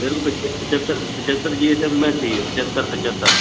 मेरे को पिचहत्तर पचहत्तर ये सब में चाहिए पचहत्तर पचहत्तर